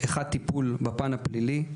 טיפול בפן הפלילי,